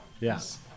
Yes